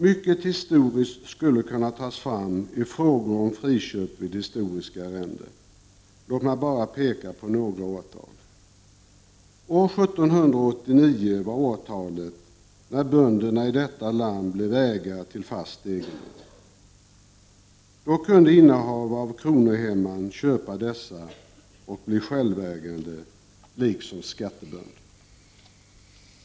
Mycket historiskt skulle kunna tas fram i frågor om friköp vid historiska arrenden. Låt mig bara peka på några årtal. 1789 var årtalet när bönderna i detta land blev ägare till fast egendom. Då kunde innehavare av kronohemman köpa dessa och bli självägande liksom skattebönder.